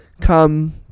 come